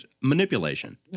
manipulation